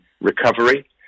recovery